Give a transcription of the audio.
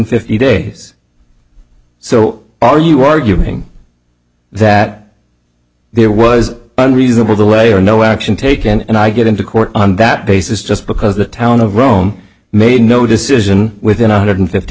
fifty days so are you arguing that there was unreasonable the way or no action taken and i get into court on that basis just because the town of rome made no decision within one hundred fifty